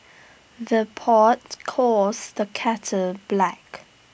the pot calls the kettle black